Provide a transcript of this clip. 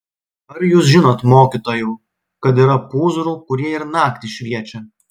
ar jūs žinot mokytojau kad yra pūzrų kurie ir naktį šviečia